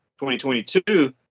2022